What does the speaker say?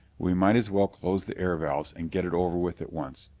we might as well close the air valves and get it over with at once.